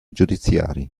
giudiziari